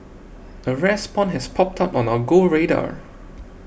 a rare spawn has popped up on our Go radar